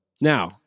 now